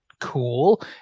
cool